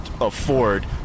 afford